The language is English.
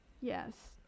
Yes